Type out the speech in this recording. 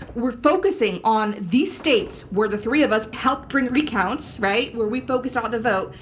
we're focusing on these states where the three of us helped bring recounts, right, where we focused all the vote,